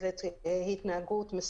של הנהג שזאת התנהגות מסוכנת.